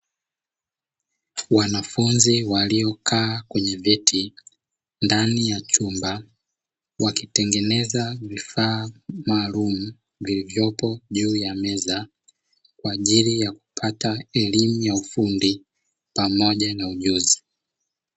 Wanafunzi waliokata kwenye viti ndani ya chumba wakitengeneza vifaa maalumu vilivyopo juu ya meza, kwa ajili ya kupata elimu ya ufundi pamoja na ujuzi.